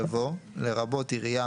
יבוא "לרבות עירייה,